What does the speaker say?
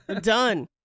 done